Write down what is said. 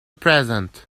present